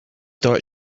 that